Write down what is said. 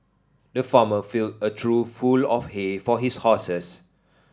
the farmer filled a trough full of hay for his horses